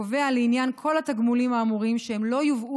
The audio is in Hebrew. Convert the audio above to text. קובע לעניין כל התגמולים האמורים שלא יובאו